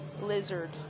lizard